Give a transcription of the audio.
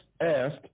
asked